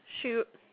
Shoot